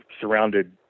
surrounded